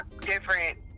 different